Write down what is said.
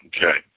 Okay